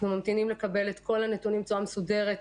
אנחנו ממתינים לקבל את כל הנתונים בצורה מסודרת,